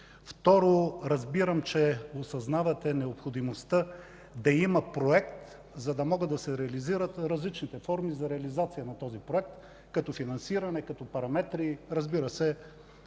Второ, разбирам, че осъзнавате необходимостта да има проект, за да могат да се реализират различните форми за реализация на този проект, като финансиране, като параметри, разбира се,